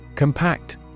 Compact